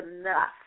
enough